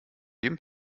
jedem